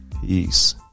Peace